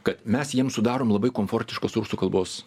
kad mes jiems sudarom labai komfortiškos rusų kalbos